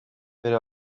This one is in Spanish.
pero